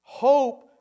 Hope